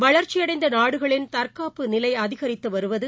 வளர்ச்சியடைந்த நாடுகளின் தற்காப்பு நிலை அதிகரித்து வருவது